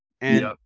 And-